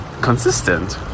consistent